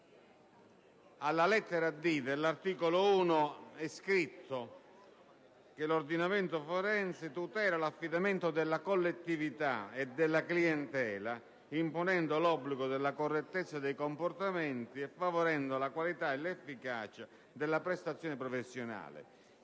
della difesa e della tutela dei diritti; *d)* tutela l'affidamento della collettività e della clientela, imponendo l'obbligo della correttezza dei comportamenti e favorendo la qualità e l'efficacia della prestazione professionale.